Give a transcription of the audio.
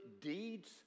deeds